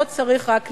לא צריך רק להיבהל.